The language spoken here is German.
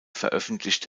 veröffentlicht